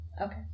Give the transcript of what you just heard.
Okay